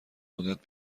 قدرت